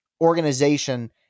organization